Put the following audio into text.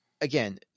again